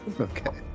Okay